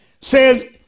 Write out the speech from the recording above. Says